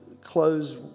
close